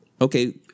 okay